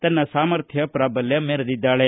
ತನ್ನ ಸಾಮರ್ಥ್ನ ಪ್ರಾಬಲ್ಯ ಮೆರೆದಿದ್ದಾಳೆ